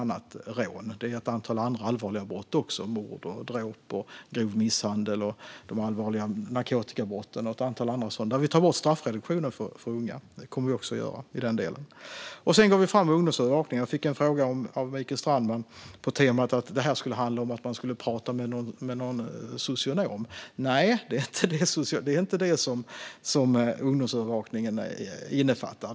Det finns ett antal andra allvarliga brott, till exempel mord, dråp, grov misshandel och allvarliga narkotikabrott, där vi ska ta bort straffreduktionen för unga. Sedan går vi fram med ungdomsövervakning. Jag fick en fråga från Mikael Strandman på temat att det skulle handla om att prata med en socionom. Nej, det är inte vad ungdomsövervakning innefattar.